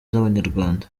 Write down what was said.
z’abanyarwanda